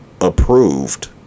approved